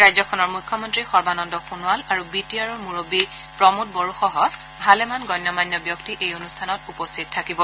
ৰাজ্যখনৰ মুখ্যমন্ত্ৰী সৰ্বানন্দ সোণোৱাল আৰু বি টি আৰৰ মুৰববী প্ৰমোদ বড়োসহ ভালেমান্য গণ্য মান্য ব্যক্তি এই অনূষ্ঠানত উপস্থিত থাকিব